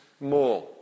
more